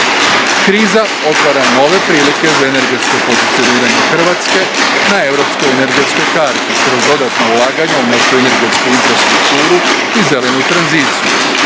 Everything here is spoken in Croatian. Kriza otvara nove prilike za energetsko pozicioniranje Hrvatske na europskoj energetskoj karti kroz dodatna ulaganja u našu energetsku infrastrukturu i zelenu tranziciju.